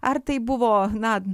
ar tai buvo na